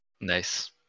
Nice